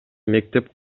мектеп